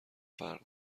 فرق